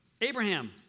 Abraham